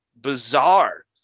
bizarre